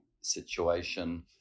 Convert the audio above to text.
situation